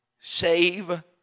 save